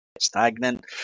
Stagnant